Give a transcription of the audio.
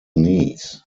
knees